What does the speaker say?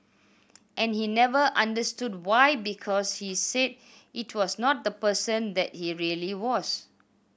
and he never understood why because he said it was not the person that he really was